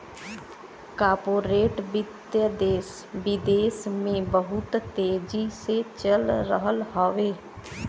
corporate वित्त देस विदेस में बहुत तेजी से चल रहल हउवे